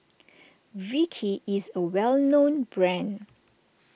Vichy is a well known brand